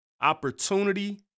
Opportunity